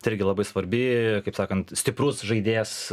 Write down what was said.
tai irgi labai svarbi kaip sakant stiprus žaidėjas